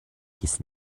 his